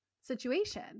situation